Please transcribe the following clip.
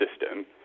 system